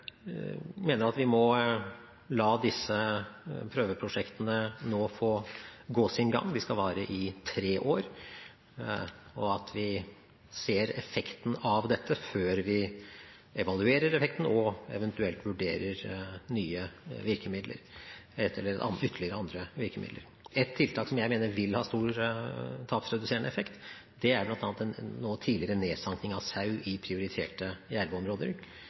mener at vi må la disse prøveprosjektene nå få gå sin gang – de skal vare i tre år – og at vi må se effekten av dette før vi evaluerer effekten og eventuelt vurderer nye, ytterligere, andre virkemidler. Et tiltak som jeg mener vil ha stor tapsreduserende effekt, er bl.a. tidligere nedsanking av sau i prioriterte jerveområder.